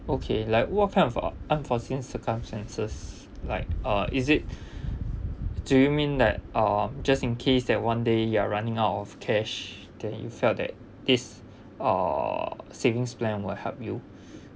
okay like what kind of uh unforeseen circumstances like uh is it do you mean that uh just in case that one day you are running out of cash then you felt that this uh savings plan will help you